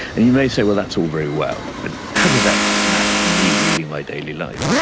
and you may say, well, that's all very well but how does that matter to me leading my daily life?